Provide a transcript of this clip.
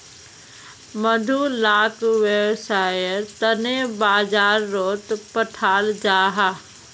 मधु लाक वैव्सायेर तने बाजारोत पठाल जाहा